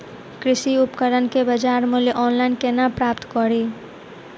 कृषि उपकरण केँ बजार मूल्य ऑनलाइन केना प्राप्त कड़ी?